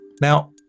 Now